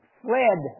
fled